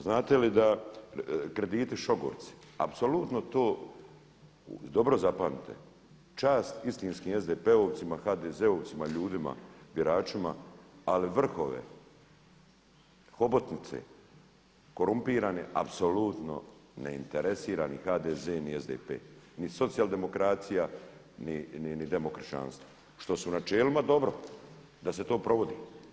Znate li da krediti šogorci apsolutno to dobro zapamtite čast istinskim SDP-ovcima, HDZ-ovcima ljudima biračima ali vrhove hobotnice korumpirane apsolutno ne interesira ni HDZ, ni SDP, nit socijaldemokracija, ni demokršćanstvo što su na čelima dobro da se to provodi.